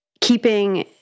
keeping